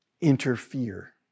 interfere